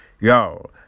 Yo